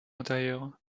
intérieurs